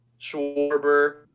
Schwarber